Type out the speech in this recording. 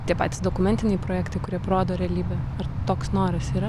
tie patys dokumentiniai projektai kurie parodo realybę ar toks noras yra